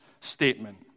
statement